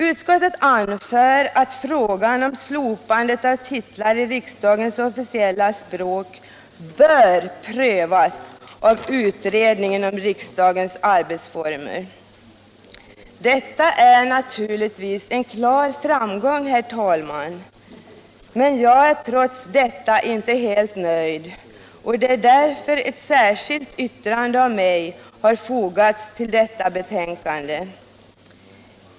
Utskottet anför att frågan om slopandet av titlar i riksdagens officiella språk bör prövas av utredningen om riksdagens arbetsformer. Detta är naturligtvis en klar framgång, herr talman, men jag är trots detta inte helt nöjd, och det är därför som ett särskilt yttrande av mig har fogats till detta betänkande.